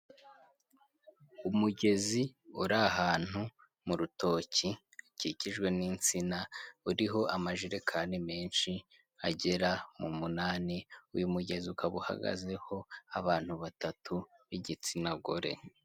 Umugezi uri ahantu mu rutoki hakikijwe n'insina, uriho amajerekani menshi agera mu munani, uyu mugezi ukaba uhagazeho abantu batatu b'igitsina gore.